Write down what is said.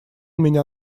меня